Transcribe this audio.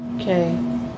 Okay